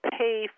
pay